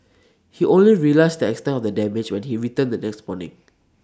he only realised the extent of the damage when he returned the next morning